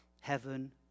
Heaven